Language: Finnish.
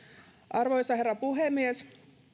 arvoisa herra puhemies